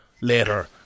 later